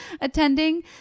attending